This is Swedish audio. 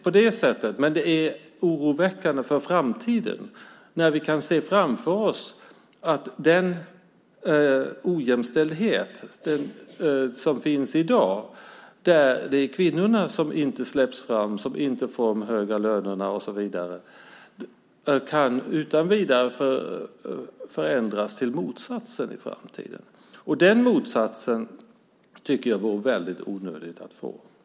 Men det är också oroväckande för framtiden. Vi kan se att den ojämställdhet som finns i dag - det är kvinnorna som inte släpps fram, som inte får de höga lönerna och så vidare - i framtiden kan förändras till motsatsen. Den motsatsen skulle det, tycker jag, vara väldigt onödigt att få.